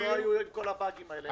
לא היו כל הבאגים האלה.